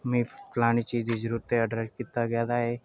मीं फलानी चीज दी जरूरत ऐ आर्डर कीता गेआ ऐ